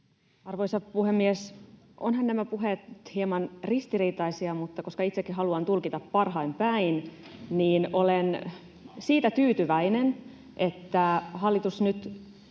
Arvoisa puhemies! Ovathan nämä puheet nyt hieman ristiriitaisia, mutta koska itsekin haluan tulkita parhain päin, niin olen tyytyväinen siihen, että hallitus nyt